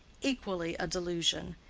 equally a delusion.